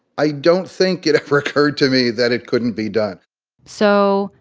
i don't think it ever occurred to me that it couldn't be done so,